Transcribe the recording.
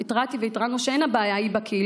התרעתי והתרענו שהבעיה היא לא בקהילה,